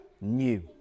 new